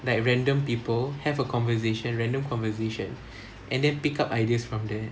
like random people have a conversation random conversation and then pick up ideas from there